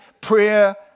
Prayer